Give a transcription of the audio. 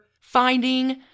finding